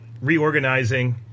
reorganizing